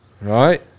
Right